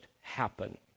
happen